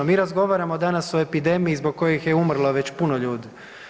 Mi razgovaramo danas i epidemiji zbog koje je umrlo već puno ljudi.